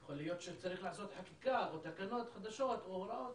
יכול להיות שצריך לחוקק חקיקה או תקנות חדשות או הוראות.